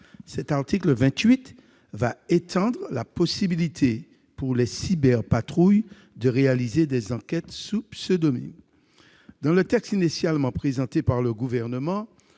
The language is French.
Il étend la possibilité pour les cyberpatrouilles de réaliser des enquêtes sous pseudonyme. Dans le texte initialement présenté par le Gouvernement,